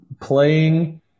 Playing